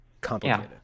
complicated